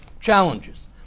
Challenges